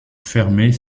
fermées